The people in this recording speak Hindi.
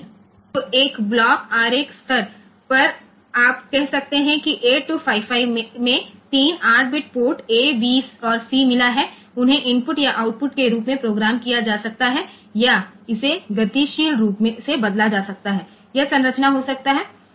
तो एक ब्लॉक आरेख स्तर पर आप कह सकते हैं कि 8255 में 3 8 बिट पोर्ट ए बी और सी मिला है उन्हें इनपुट या आउटपुट के रूप में प्रोग्राम किया जा सकता है या इसे गतिशील रूप से बदला जा सकता है यह संरचना हो सकता है